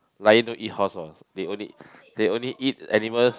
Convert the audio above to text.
lion don't eat horse they only they only eat animals